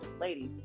ladies